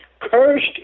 Cursed